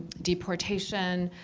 deportation,